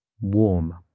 Warm